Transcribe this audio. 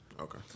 Okay